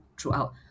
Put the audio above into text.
throughout